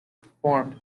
performed